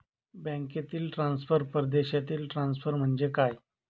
बँकांतील ट्रान्सफर, परदेशातील ट्रान्सफर म्हणजे काय?